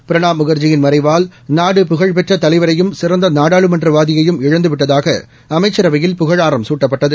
பிரணாப் முக்ஜியின் மறைவால் நாடு புகழ்பெற்ற தலைவரையும் சிறந்த நாடாளுமன்றவாதியையும் இழந்துவிட்டதாக அமைச்சரவையில் புகழாரம் சூட்டப்பட்டது